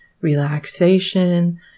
relaxation